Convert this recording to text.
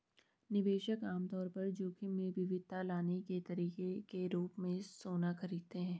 निवेशक आम तौर पर जोखिम में विविधता लाने के तरीके के रूप में सोना खरीदते हैं